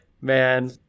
man